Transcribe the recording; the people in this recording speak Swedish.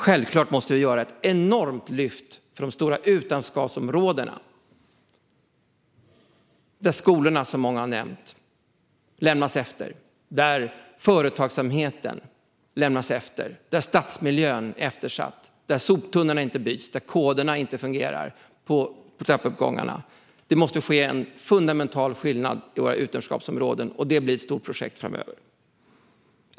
Självklart måste vi göra ett enormt lyft i de stora utanförskapsområdena, där skolorna liksom många har nämnt lämnas efter, där företagsamheten lämnas efter, där stadsmiljön är eftersatt, där soptunnorna inte töms och där koderna inte fungerar i trappuppgångarna. Det måste till en fundamental skillnad i våra utanförskapsområden, och det blir ett stort projekt framöver.